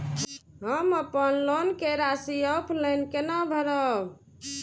हम अपन लोन के राशि ऑफलाइन केना भरब?